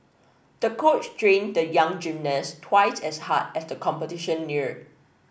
the coach trained the young gymnast twice as hard as the competition neared